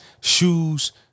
shoes